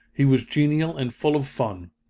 he was genial and full of fun.